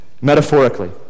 metaphorically